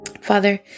Father